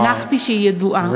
הנחתי שהיא ידועה.